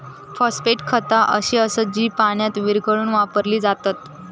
phosphate खता अशी असत जी पाण्यात विरघळवून वापरली जातत